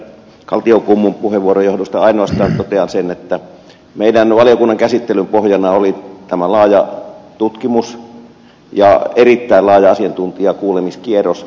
kaltiokummun puheenvuoron johdosta ainoastaan totean sen että valiokuntamme käsittelyn pohjana oli tämä laaja tutkimus ja erittäin laaja asiantuntijakuulemiskierros